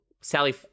Sally